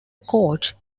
coach